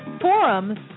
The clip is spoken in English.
forums